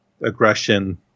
aggression